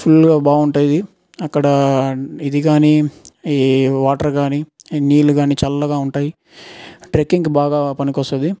ఫుల్గా బాగుంటుంది అక్కడ ఇది కానీ ఏ వాటర్ కానీ నీళ్ళు కాని చల్లగా ఉంటాయి ట్రెక్కింగ్ బాగా పనికి వస్తుంది